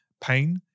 pain